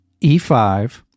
e5